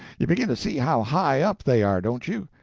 you begin to see how high up they are, don't you?